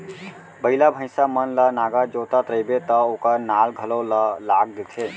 बइला, भईंसा मन ल नांगर जोतत रइबे त ओकर नाल घलौ ल लाग देथे